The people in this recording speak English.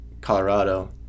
Colorado